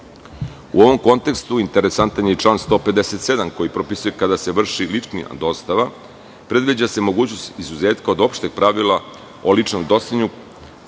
ovom kontekstu, interesantan je član 157. koji propisuje, kada se vrši lična dostava, predviđa se mogućnost izuzetka od opšteg pravila o ličnom dostavljanju